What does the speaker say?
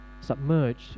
submerged